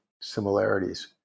similarities